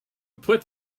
put